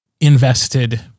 invested